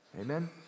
Amen